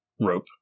rope